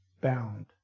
bound